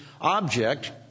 object